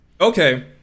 Okay